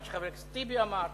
את מה שחבר הכנסת טיבי אמר,